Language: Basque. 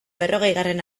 berrogeigarren